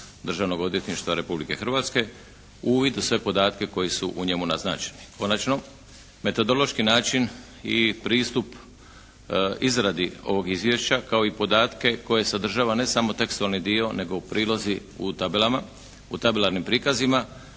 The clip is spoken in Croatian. Državnog odvjetništva Republike Hrvatske, uvid u sve podatke koji su u njemu naznačeni. Konačno, metodološki način i pristup izradi ovog izvješća kao i podatke koje sadržava ne samo tekstualni dio nego i prilozi u tabelarnim prikazima,